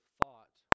thought